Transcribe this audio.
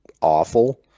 awful